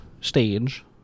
stage